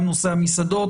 גם נושא המסעדות.